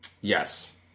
Yes